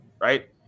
right